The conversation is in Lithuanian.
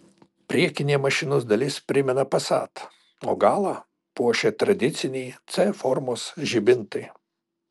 priekinė mašinos dalis primena passat o galą puošia tradiciniai c formos žibintai